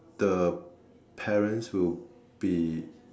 the parents will be